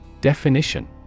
Definition